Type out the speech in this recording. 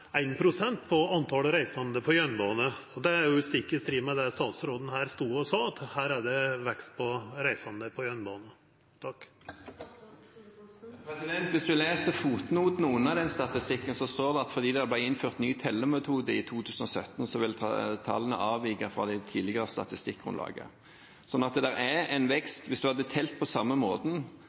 ein nedgang på 1 pst. i talet på reisande på jernbanen. Det er stikk i strid med det statsråden stod her og sa, at det er vekst i talet på reisande på jernbanen. Hvis en leser fotnotene under den statistikken, står det at fordi det ble innført en ny tellemetode i 2017, vil tallene avvike fra det tidligere statistikkgrunnlaget. Så det er en vekst. Hvis en hadde telt på samme måten,